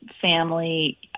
family